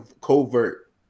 covert